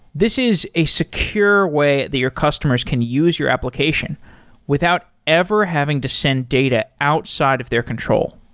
this is a secure way the your customers can use your application without ever having to send data outside of their control.